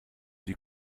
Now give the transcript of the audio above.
die